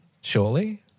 surely